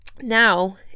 Now